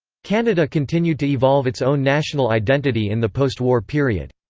canada continued to evolve its own national identity in the post-war period.